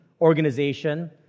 organization